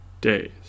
days